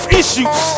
issues